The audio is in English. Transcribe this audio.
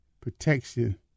protection